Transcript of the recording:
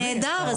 נהדר,